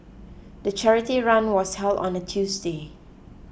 the charity run was held on a Tuesday